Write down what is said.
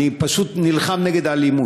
אני פשוט נלחם נגד האלימות,